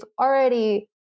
already